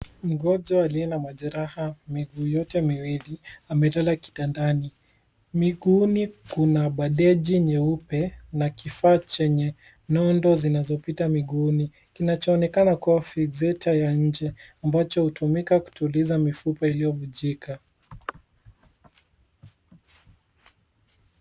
Mgonjwa aliye na majeraha miguu yote miwili amelala kitandani. Miguuni kuna bandeji nyeupe na kifaa chenye nondo zinazopita miguu kinachoonekana kuwa fizeta ya nje ambacho hutumika kutuliza mifupa iliyovunjika.